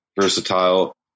versatile